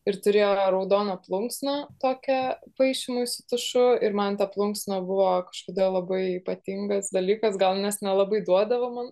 ir turėjo raudoną plunksną tokia paišymui su tušu ir man ta plunksna buvo kažkada labai ypatingas dalykas gal nes nelabai duodavo man